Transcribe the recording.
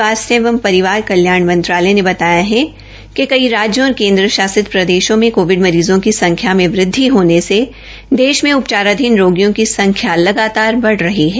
स्वास्थ्य और परिवार कल्याषण मंत्रालय ने बताया है कि कई राज्यों और केन्द्र शासित प्रदेशों में कोविड मरीजों की संख्या में वृद्धि होने से देश में उपचाराधीन रोगियों की संख्या लगातार बढ़ रही है